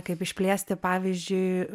kaip išplėsti pavyzdžiui